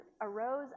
arose